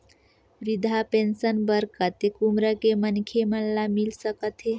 वृद्धा पेंशन बर कतेक उम्र के मनखे मन ल मिल सकथे?